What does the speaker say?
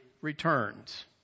returns